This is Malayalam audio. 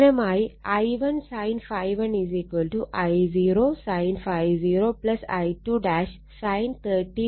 സമാനമായി I1 sin ∅1 I0 sin ∅0 I2 sin 31